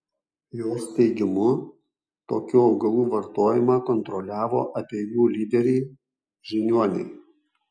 jos teigimu tokių augalų vartojimą kontroliavo apeigų lyderiai žiniuoniai